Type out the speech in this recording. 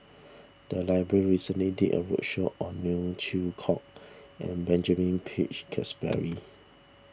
the library recently did a roadshow on Neo Chwee Kok and Benjamin Peach Keasberry